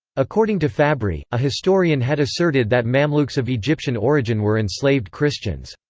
according to fabri, a historian had asserted that mamluks of egyptian origin were enslaved christians.